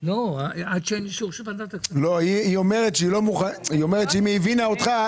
היא אומרת שאם היא הבינה אותך,